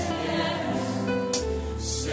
yes